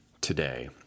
today